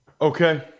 Okay